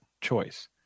choice